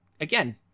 again